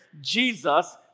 Jesus